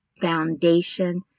foundation